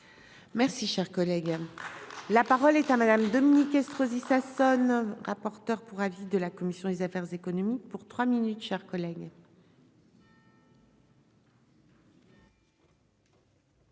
Merci, cher collègue, la parole est à Madame Dominique Estrosi Sassone, rapporteur pour avis de la commission des affaires économiques pour trois minutes chers collègues.